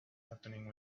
happening